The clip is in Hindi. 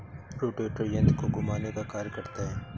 रोटेटर यन्त्र को घुमाने का कार्य करता है